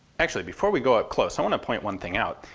actually before we go up close, i want to point one thing out.